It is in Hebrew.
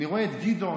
אני רואה את גדעון,